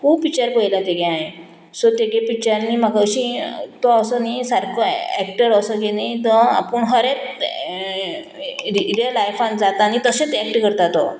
खूब पिक्चर पयलां तेगे हांवें सो तेगे पिक्चरांनी म्हाका अशी तो असो न्ही सारको एक्टर असो की न्ही तो आपूण हरे रियल लायफान जाता आनी तशेंच एक्ट करता तो